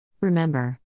Remember